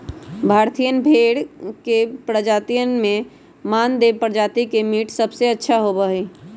भारतीयन भेड़ के प्रजातियन में मानदेय प्रजाति के मीट सबसे अच्छा होबा हई